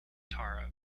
tara